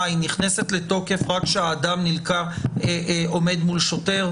היא נכנסת לתוקף רק כאשר האדם עומד מול שוטר?